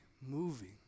moving